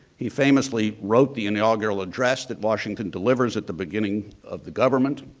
he famously wrote the inaugural address that washington delivers at the beginning of the government.